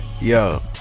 Yo